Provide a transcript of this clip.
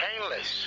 Painless